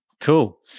Cool